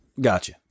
Gotcha